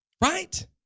right